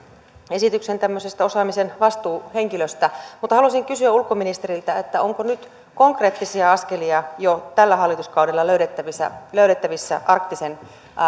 esityksen tämmöisen osaamisen vastuuhenkilöstä mutta haluaisin kysyä ulkoministeriltä onko nyt konkreettisia askelia jo tällä hallituskaudella löydettävissä löydettävissä arktisen